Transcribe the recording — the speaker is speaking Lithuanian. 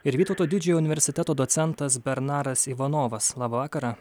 ir vytauto didžiojo universiteto docentas bernaras ivanovas labą vakarą